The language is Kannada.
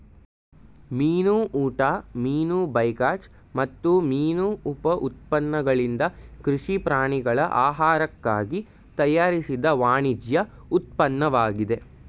ಮೀನು ಊಟ ಮೀನು ಬೈಕಾಚ್ ಮತ್ತು ಮೀನು ಉಪ ಉತ್ಪನ್ನಗಳಿಂದ ಕೃಷಿ ಪ್ರಾಣಿಗಳ ಆಹಾರಕ್ಕಾಗಿ ತಯಾರಿಸಿದ ವಾಣಿಜ್ಯ ಉತ್ಪನ್ನವಾಗಿದೆ